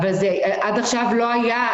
עד עכשיו זה לא היה.